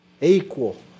Equal